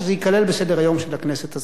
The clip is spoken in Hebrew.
שזה ייכלל בסדר-היום של הכנסת הזאת.